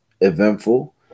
eventful